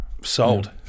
Sold